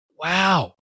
Wow